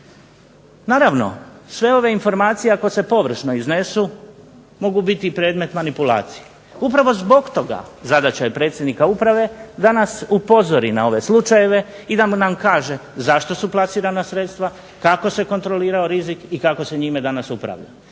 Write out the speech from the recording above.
Naravno sve ove informacije ako se površno iznesu mogu biti predmet manipulacije. Upravo zbog toga zadaća je predsjednika uprave da nas upozori na ove slučajeve i da nam kaže zašto su plasirana sredstva, kako se kontrolirao rizik i kako se njime danas upravlja.